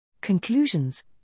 Conclusions